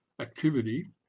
activity